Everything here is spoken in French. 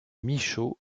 michot